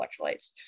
electrolytes